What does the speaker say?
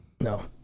No